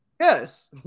Yes